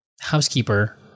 housekeeper